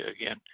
again